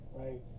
right